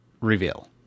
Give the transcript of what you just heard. reveal